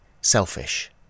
selfish